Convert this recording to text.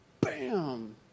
BAM